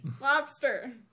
Lobster